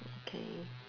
okay